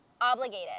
obligated